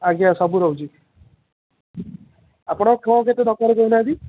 ଆଜ୍ଞା ସବୁ ରହୁଛି ଆପଣ କ'ଣ କେତେ ଦରକାର କହୁ ନାହାନ୍ତି